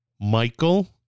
Michael